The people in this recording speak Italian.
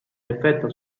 effetto